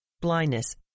blindness